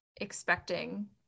expecting